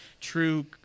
true